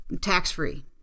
tax-free